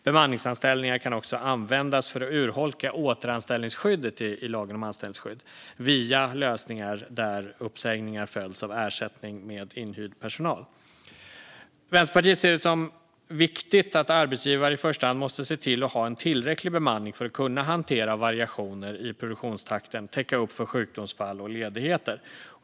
Bemanningsanställningar kan också användas för att urholka återanställningsskyddet i lagen om anställningsskydd, via lösningar där uppsägningar följs av ersättning med inhyrd personal. Vänsterpartiet ser det som viktigt att arbetsgivare i första hand ser till att ha en tillräcklig bemanning för att kunna hantera variationer i produktionstakten och täcka upp för sjukdomsfall och ledigheter.